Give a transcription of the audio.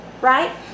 right